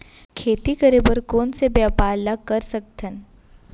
खेती करे बर कोन से व्यापार ला कर सकथन?